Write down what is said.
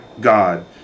god